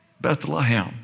Bethlehem